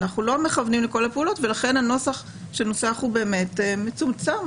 אנחנו לא מכוונים לכל הפעולות ולכן הנוסח שנוסח הוא באמת מצומצם.